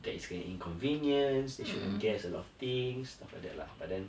that it's an inconvenience they should have guessed a lot of things stuff like that lah but then